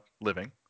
living